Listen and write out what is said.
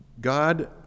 God